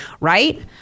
right